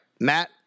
Matt